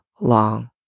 long